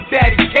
Daddy